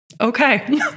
Okay